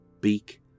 beak